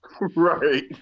Right